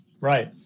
Right